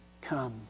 come